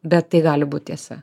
bet tai gali būt tiesa